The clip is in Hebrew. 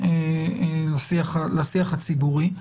לשיח הציבורי.